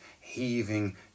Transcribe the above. heaving